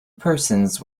persons